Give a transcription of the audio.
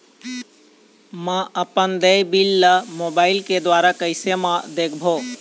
म अपन देय बिल ला मोबाइल के द्वारा कैसे म देखबो?